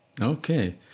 Okay